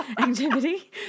activity